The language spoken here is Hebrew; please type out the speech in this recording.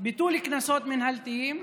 ביטול קנסות מינהלתיים,